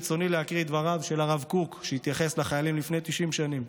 ברצוני להקריא את דבריו של הרב קוק שהתייחס לחיילים לפני 90 שנים: